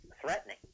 threatening